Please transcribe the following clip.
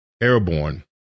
airborne